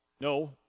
No